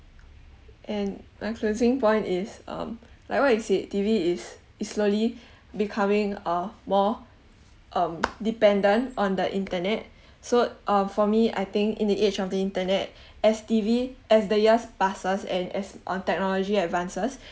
and my closing point is um like what you said T_V is is slowly becoming uh more um dependent on the internet so uh for me I think in the age of the internet as T_V as the years pass us and as our technology advances